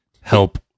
help